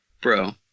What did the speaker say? bro